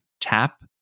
tap